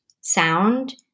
sound